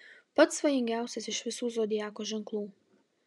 pats svajingiausias iš visų zodiako ženklų